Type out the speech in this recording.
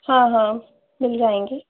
हाँ हाँ मिल जाएँगे